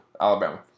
Alabama